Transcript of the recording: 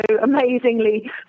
amazingly